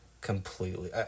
completely